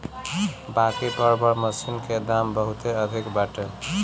बाकि बड़ बड़ मशीन के दाम बहुते अधिका बाटे